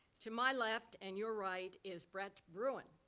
to my left and your right is brett bruen,